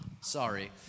Sorry